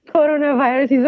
Coronavirus